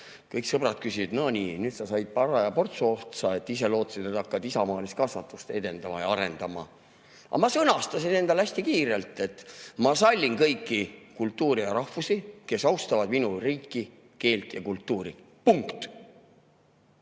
Kõik sõbrad ütlesid: no nii, nüüd sa sattusid paraja portsu otsa, ise lootsid, et hakkad isamaalist kasvatust edendama ja arendama. Aga ma sõnastasin endale hästi kiirelt, et ma sallin kõiki kultuure ja rahvusi, kes austavad minu riiki, keelt ja kultuuri. Punkt.